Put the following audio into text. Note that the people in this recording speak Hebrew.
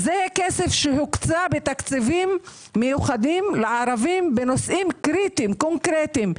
זה כסף שהוקצה בתקציבים מיוחדים לערבים בנושאים קריטיים קונקרטיים,